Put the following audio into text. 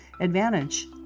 advantage